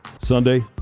Sunday